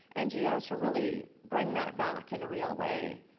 ngos to really bring that back in a real way.